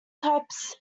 types